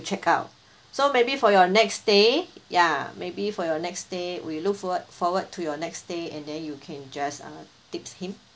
check out so maybe for your next stay ya maybe for your next stay we look forward forward to your next stay and then you can just uh tips him